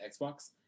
Xbox